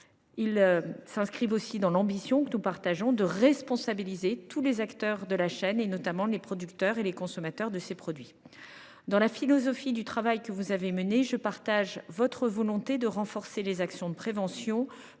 Ils traduisent également l’ambition, que nous partageons, de responsabiliser tous les acteurs de la chaîne, notamment les producteurs et les consommateurs de ces produits. Dans la philosophie du travail que vous avez mené, je partage votre volonté de renforcer les actions de prévention